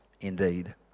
indeed